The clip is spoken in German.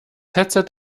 headset